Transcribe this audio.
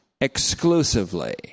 exclusively